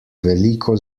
veliko